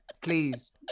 please